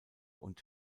und